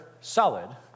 solid